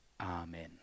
Amen